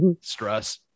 Stress